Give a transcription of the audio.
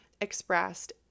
expressed